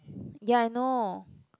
ya I know